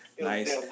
Nice